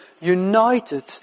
united